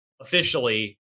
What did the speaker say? officially